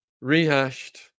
rehashed